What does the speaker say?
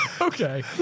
Okay